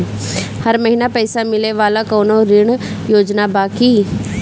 हर महीना पइसा मिले वाला कवनो ऋण योजना बा की?